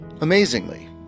Amazingly